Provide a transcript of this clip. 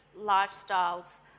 lifestyles